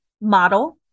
model